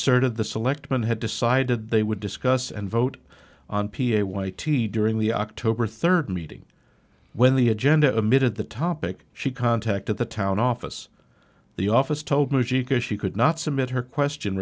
asserted the selectmen had decided they would discuss and vote on p a y t during the october third meeting when the agenda emitted the topic she contacted the town office the office told me she could not submit her question